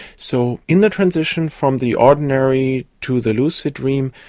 so in the transition from the ordinary to the lucid dream,